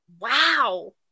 wow